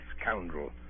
scoundrel